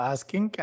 Asking